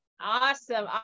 awesome